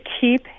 keep